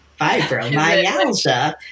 fibromyalgia